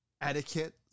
etiquette